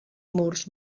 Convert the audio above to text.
murs